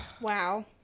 Wow